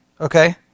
Okay